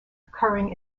occurring